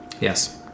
Yes